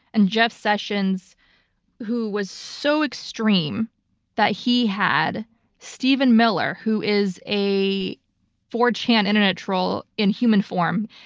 and jeff sessions who was so extreme that he had stephen miller who is a four chan internet troll in human form.